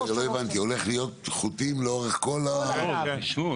הולכים להיות חוטים לאורך כול הרחובות?